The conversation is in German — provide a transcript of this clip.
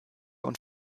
und